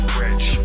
rich